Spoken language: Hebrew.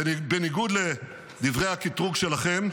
ובניגוד לדברי הקטרוג שלכם,